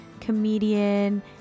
comedian